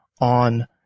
on